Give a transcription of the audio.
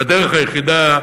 והדרך היחידה,